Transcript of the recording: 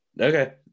Okay